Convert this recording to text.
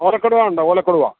ഓലക്കൊടുവ ഉണ്ടോ ഓലക്കൊടുവ